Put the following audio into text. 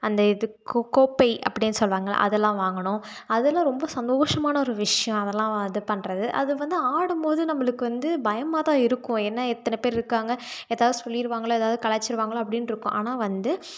அந்த இதுக்கு கோ கோப்பை அப்படின்னு செல்வாங்களே அதெல்லாம் வாங்கினோம் அதெல்லாம் ரொம்ப சந்தோஷமான ஒரு விஷயம் அதெல்லாம் இது பண்ணுறது அது வந்து ஆடும் போது நம்மளுக்கு வந்து பயமாகதான் இருக்கும் என்ன இத்தனை பேர் இருக்காங்க ஏதாவது சொல்லியிருவாங்களோ ஏதாவது கலாச்சுடுவாங்களோ அப்படின்ட்டிருக்கும் ஆனால் வந்து